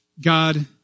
God